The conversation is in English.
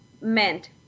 meant